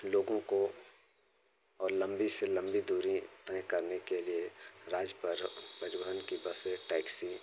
लोगों को और लम्बी से लम्बी दूरी तय करने के लिए राज्य परि परिवहन की बसें टैक्सी